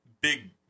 big